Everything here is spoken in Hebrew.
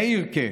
מאירק'ה,